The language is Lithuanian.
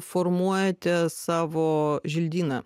formuojate savo želdyną